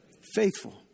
Faithful